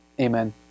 Amen